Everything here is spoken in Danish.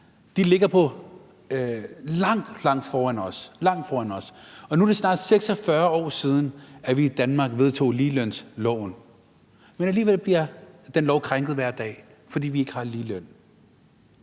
med, ligger langt, langt foran os, og nu er det snart 46 år siden, at vi i Danmark vedtog ligelønsloven, men alligevel bliver den lov krænket hver dag, fordi vi ikke har ligeløn.